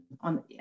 on